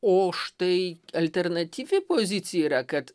o štai alternatyvi pozicija yra kad